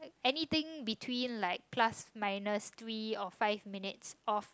anything between like plus minus three or five minutes of